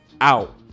out